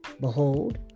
Behold